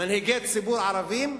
מנהיגי ציבור ערבים,